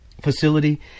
facility